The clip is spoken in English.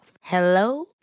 Hello